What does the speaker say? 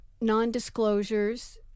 non-disclosures